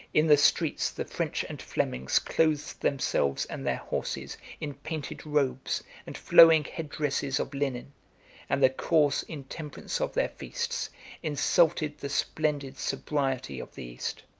in the streets, the french and flemings clothed themselves and their horses in painted robes and flowing head-dresses of linen and the coarse intemperance of their feasts insulted the splendid sobriety of the east.